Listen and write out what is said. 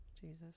Jesus